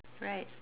right